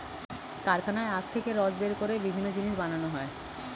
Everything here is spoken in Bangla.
কারখানায় আখ থেকে রস বের করে বিভিন্ন জিনিস বানানো হয়